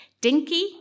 Dinky